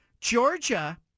Georgia